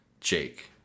Jake